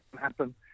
happen